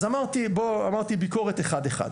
אז אמרתי, אמרתי ביקורת אחד אחד.